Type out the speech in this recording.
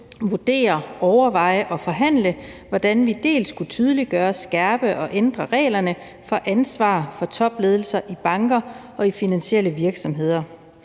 vurdere, overveje og forhandle, hvordan vi dels kunne tydeliggøre, skærpe og ændre reglerne for ansvar for topledelser i banker og finansielle virksomheder,